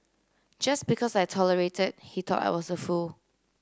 just because I tolerated he thought I was a fool